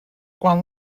quan